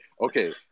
Okay